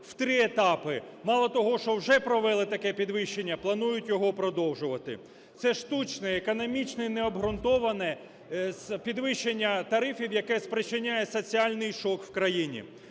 в три етапи. Мало того, що вже провели таке підвищення, планують його продовжувати. Це штучне, економічно необґрунтоване підвищення тарифів, яке спричиняє соціальний шок в країні.